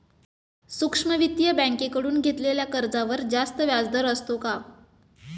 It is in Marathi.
सूक्ष्म वित्तीय बँकेकडून घेतलेल्या कर्जावर जास्त व्याजदर असतो का?